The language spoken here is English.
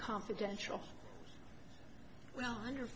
confidential well under